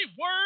word